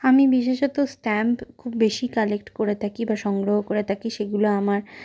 আমি বিশেষত স্ট্যাম্প খুব বেশি কালেক্ট করে থাকি বা সংগ্রহ করে থাকি সেইগুলো আমার